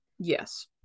Yes